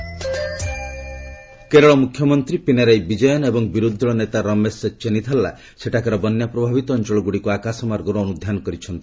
Kerala rain Kerala ମୁଖ୍ୟମନ୍ତ୍ରୀ ପିନାରାଇ ବିଜୟନ୍ ଏବଂ ବିରୋଧି ଦଳ ନେତା ରମେଶ ଚେନ୍ନିଥାଲା ସେଠାକାର ବନ୍ୟା ପ୍ରଭାବିତ ଅଞ୍ଚଳଗୁଡ଼ିକୁ ଆକାଶମାର୍ଗରୁ ଅନ୍ଧ୍ୟାନ କରିଛନ୍ତି